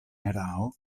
erao